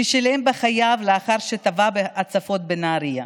הוא שילם בחייו לאחר שטבע בהצפות בנהריה.